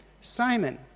Simon